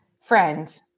friend